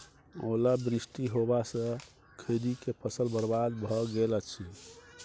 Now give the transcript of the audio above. ओला वृष्टी होबा स खैनी के फसल बर्बाद भ गेल अछि?